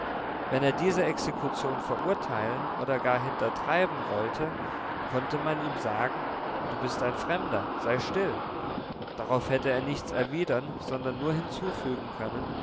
wenn er die exekution verurteilen oder gar hintertreiben wollte konnte man ihm sagen du bist ein fremder sei still darauf hätte er nichts erwidern sondern nur hinzufügen können